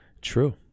True